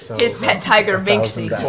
his pet tiger minxie.